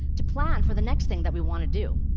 to plan for the next thing that we want to do.